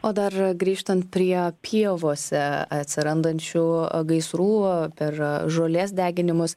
o dar grįžtant prie pievose atsirandančių gaisrų per žolės deginimus